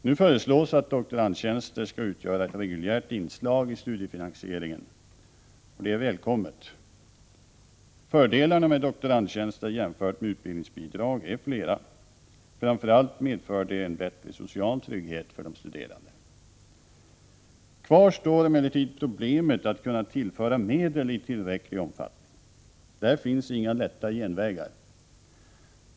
Nu föreslås att doktorandtjänster skall utgöra ett reguljärt inslag i studiefinansieringen, och det är välkommet. Fördelarna med doktorandtjänster jämfört med utbildningsbidrag är flera. Framför allt medför de en bättre social trygghet för de studerande. Kvar står emellertid problemet att kunna tillföra medel i tillräcklig omfattning. Där finns inga lätta genvägar.